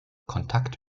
kontakt